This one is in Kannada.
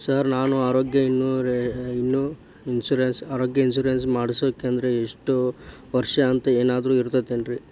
ಸರ್ ನಾನು ಆರೋಗ್ಯ ಇನ್ಶೂರೆನ್ಸ್ ಮಾಡಿಸ್ಬೇಕಂದ್ರೆ ಇಷ್ಟ ವರ್ಷ ಅಂಥ ಏನಾದ್ರು ಐತೇನ್ರೇ?